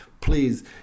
please